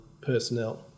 personnel